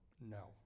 No